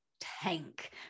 tank